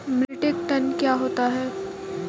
Metric ton क्या होता है?